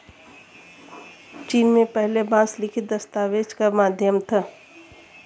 चीन में पहले बांस लिखित दस्तावेज का माध्यम था